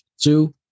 two